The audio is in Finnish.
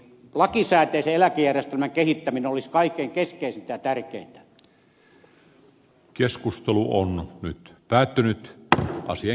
lakisääteisen eläkejärjestelmän kehittäminen olisi kaikkein keskeisintä ja tärkeintä